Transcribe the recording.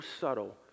subtle